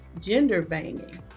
gender-banging